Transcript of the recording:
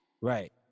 Right